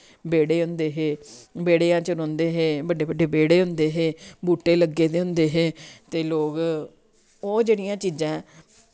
बेह्ड़े होंदे हे बेह्ड़ेंआं च रौह्दे हे बड्डे बड्डे बेह्ड़े होंदे हे बूह्टे लग्गे दे होंदे हे ते लोग ओह् जेह्ड़ियां चीजां